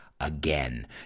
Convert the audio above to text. again